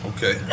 Okay